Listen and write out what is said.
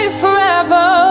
forever